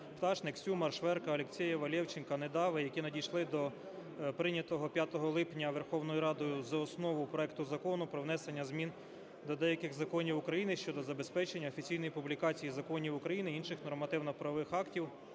Пташник, Сюмар, Шверка, Алєксєєва, Левченка, Недави, які надійшли до прийнятого 5 липня Верховною Радою за основу проекту Закону про внесення змін до деяких законів України щодо забезпечення офіційної публікації законів України і інших нормативно-правових актів